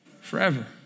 Forever